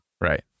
right